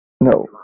No